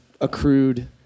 accrued